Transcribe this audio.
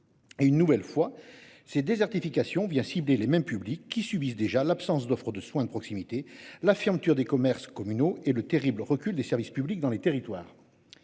Et une nouvelle fois ses désertification bien cibler les mêmes qui subissent déjà l'absence d'offre de soins de proximité, la fermeture des commerces communaux et le terribles recul des services publics dans les territoires.